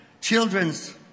children's